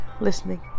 listening